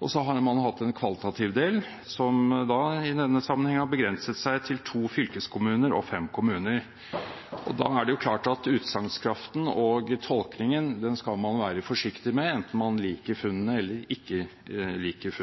og en kvalitativ del, som i denne sammenheng har begrenset seg til to fylkeskommuner og fem kommuner. Da er det klart at utsagnskraften og tolkningen skal man være forsiktig med, enten man liker funnene eller ikke.